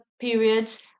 periods